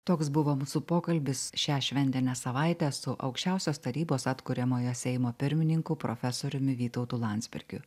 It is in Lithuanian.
toks buvo mūsų pokalbis šią šventinę savaitę su aukščiausios tarybos atkuriamojo seimo pirmininku profesoriumi vytautu landsbergiu